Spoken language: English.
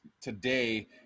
today